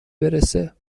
برسه